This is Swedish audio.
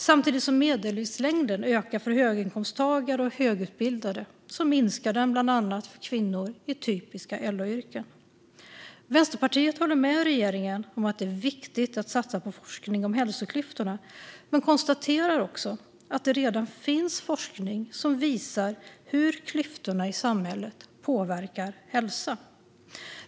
Samtidigt som medellivslängden ökar för höginkomsttagare och högutbildade minskar den för bland andra kvinnor i typiska LO-yrken. Vänsterpartiet håller med regeringen om att det är viktigt att satsa på forskning om hälsoklyftorna men konstaterar också att det redan finns forskning som visar hur klyftorna i samhället påverkar hälsa.